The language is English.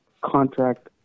contract